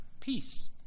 peace